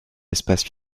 espace